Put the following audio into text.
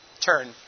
turn